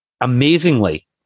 Amazingly